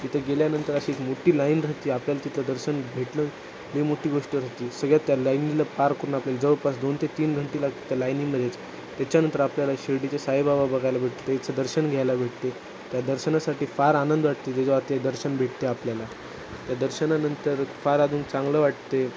तिथे गेल्यानंतर अशी एक मोठ्ठी लाईन राहते आपल्याला तिथं दर्शन भेटलंं मी मोठ्ठी गोष्ट होती सगळ्यात त्या लाईनीला पार करून आपल्याला जवळपास दोन ते तीन घंटे लागते त्या लाईनीमध्येच त्याच्यानंतर आपल्याला शिर्डीचे साईबाबा बघायला भेटते त्याचं दर्शन घ्यायला भेटते त्या दर्शनासाठी फार आनंद वाटते त्या जेव्हा ते दर्शन भेटते आपल्याला त्या दर्शनानंतर फार अजून चांगलं वाटते